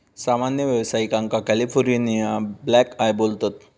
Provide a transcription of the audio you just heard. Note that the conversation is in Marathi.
सामान्य व्यावसायिकांका कॅलिफोर्निया ब्लॅकआय बोलतत